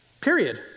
Period